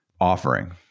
offering